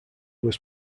was